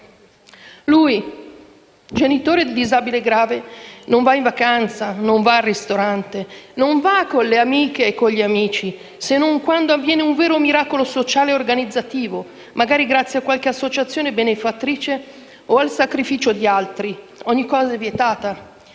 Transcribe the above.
Lui, genitore di disabile grave, non va in vacanza, non va al ristorante, non va con le amiche e con gli amici, se non quando avviene un vero miracolo sociale e organizzativo, magari grazie a qualche associazione benefattrice o al sacrificio di altri. Ogni cosa è vietata.